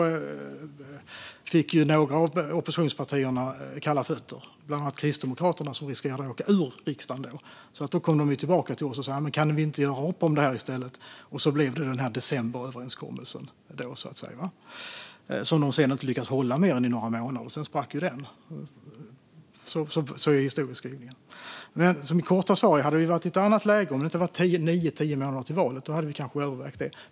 Men då fick några av oppositionspartierna kalla fötter, bland annat Kristdemokraterna, som riskerade att åka ur riksdagen. Därför kom de till oss och ville göra upp, och det blev decemberöverenskommelsen. Den lyckades de inte hålla mer än några månader innan den sprack. Sådan är historieskrivningen. Mitt korta svar är: Om det inte hade varit bara nio månader kvar till valet hade vi kanske övervägt ett extra val.